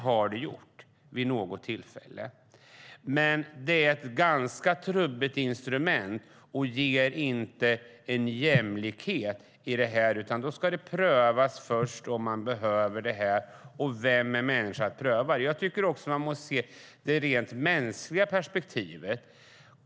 Men det är ett ganska trubbigt instrument och ger inte jämlikhet. Först ska det prövas om man behöver assistanshund, och vem är människa att pröva det? Man måste också se det rent mänskliga perspektivet.